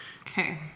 Okay